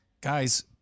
guys